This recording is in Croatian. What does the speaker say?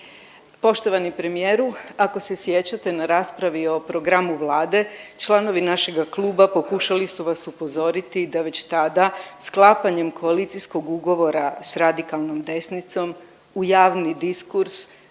Poštovani premijeru. Ako se sjećate na raspravi o programu Vlade članovi našega kluba pokušali su vas upozoriti da već tada sklapanjem koalicijskog ugovora s radikalnom desnicom u javni diskurs